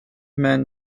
men